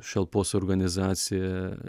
šalpos organizacija